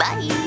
Bye